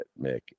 Mick